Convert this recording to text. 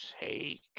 take